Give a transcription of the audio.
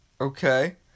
Okay